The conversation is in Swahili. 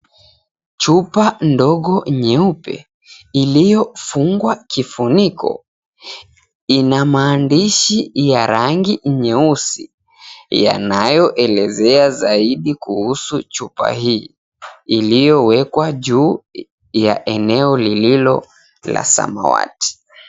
Chupa ndogo nyeupe iliyofungwa kifuniko ina maandishi ya rangi nyeusi yanayoelezea zaidi kuhusu chupa hii iliyowekwa juu ya eneo lililo la samawati.